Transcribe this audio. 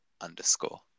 underscore